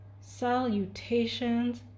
Salutations